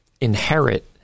inherit